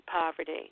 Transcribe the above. poverty